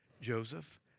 Joseph